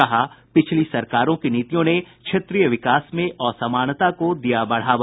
कहा पिछली सरकारों की नीतियों ने क्षेत्रीय विकास में असमानता को दिया बढ़ावा